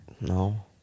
No